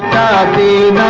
da da